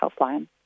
helpline